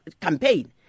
campaign